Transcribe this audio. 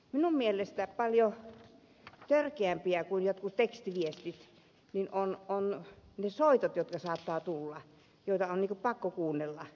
minun mielestäni paljon törkeämpiä kuin jotkut tekstiviestit ovat ne soitot joita saattaa tulla joita kansanedustajien poliitikkojen on pakko kuunnella